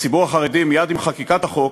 בציבור החרדי מייד עם חקיקת החוק,